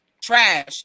trash